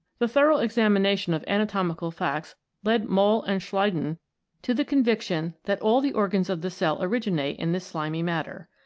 the thorough examination of anatomical facts led mohl and schleiden to the conviction that all the organs of the cell originate in this slimy matter.